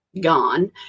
gone